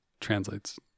translates